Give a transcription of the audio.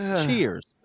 Cheers